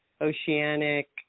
oceanic